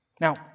Now